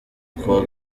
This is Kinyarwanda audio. kuwa